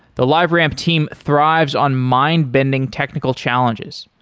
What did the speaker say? the liveramp team thrives on mind-bending technical challenges.